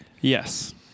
yes